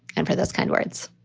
and for those kind words